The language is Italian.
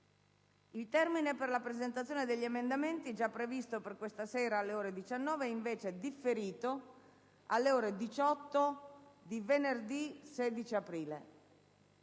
Il termine per la presentazione degli emendamenti, già previsto per questa sera alle ore 19, è stato differito alle ore 18 di venerdì 16 aprile.